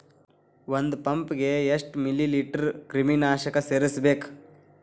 ಒಂದ್ ಪಂಪ್ ಗೆ ಎಷ್ಟ್ ಮಿಲಿ ಲೇಟರ್ ಕ್ರಿಮಿ ನಾಶಕ ಸೇರಸ್ಬೇಕ್?